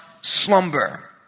slumber